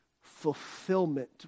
fulfillment